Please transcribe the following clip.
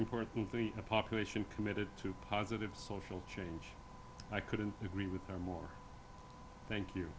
important the population committed to positive social change i couldn't agree with her more thank you